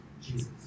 Jesus